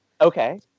Okay